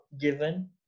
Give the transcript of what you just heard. given